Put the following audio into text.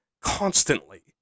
constantly